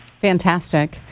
fantastic